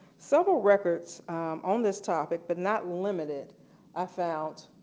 several records on this topic but not limited are found,